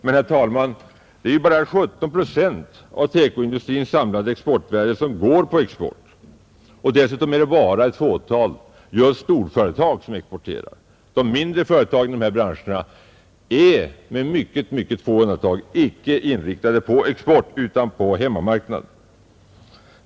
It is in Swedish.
Men, herr talman, det är ju bara 17 procent av TEKO-industrins samlade exportvärde som går på export, och dessutom är det bara ett fåtal storföretag som exporterar. De mindre företagen i dessa branscher är med mycket få undantag icke inriktade på export utan på hemmamarknaden.